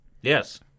yes